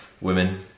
Women